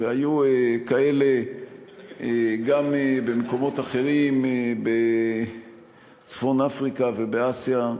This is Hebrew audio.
והיו כאלה גם במקומות אחרים בצפון-אפריקה ובאסיה,